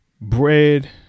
bread